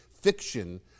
fiction